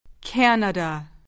Canada